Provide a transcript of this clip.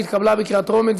התשע"ז 2017,